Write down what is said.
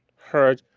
heard,